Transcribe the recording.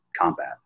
combat